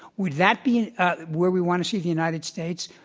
would that be where we want to see the united states?